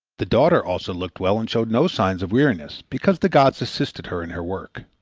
the daughter also looked well and showed no signs of weariness, because the gods assisted her in her work.